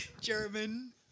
German